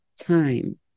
time